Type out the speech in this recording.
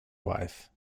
wife